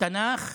תנ"ך